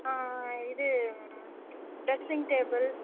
இது dressing table